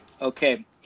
Okay